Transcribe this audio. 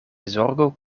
zorgu